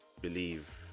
believe